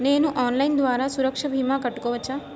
నేను ఆన్లైన్ ద్వారా సురక్ష భీమా కట్టుకోవచ్చా?